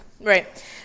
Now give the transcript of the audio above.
right